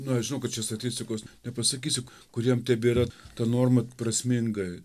nu aš žinau kad čia statistikos nepasakysiu kuriem tebėra ta norma prasminga